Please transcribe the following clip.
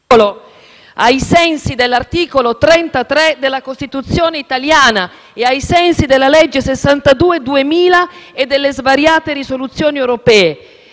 ai sensi dell'articolo 33 della Costituzione italiana, della legge n. 62 del 2000 e di svariate risoluzioni europee.